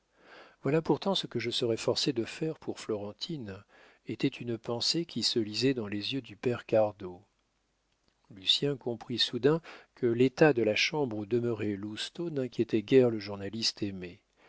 voilà pourtant ce que je serai forcé de faire pour florentine était une pensée qui se lisait dans les yeux du père cardot lucien comprit soudain que l'état de la chambre où demeurait lousteau n'inquiétait guère le journaliste aimé